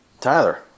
Tyler